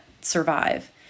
survive